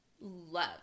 love